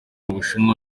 ubushinwa